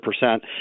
percent